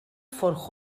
fort